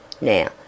now